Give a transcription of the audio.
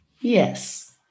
yes